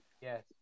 Yes